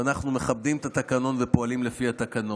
ואנחנו מכבדים את התקנון ופועלים לפי התקנון.